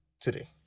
today